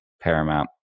paramount